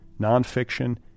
nonfiction